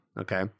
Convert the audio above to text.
Okay